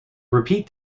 repeat